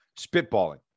spitballing